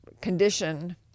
condition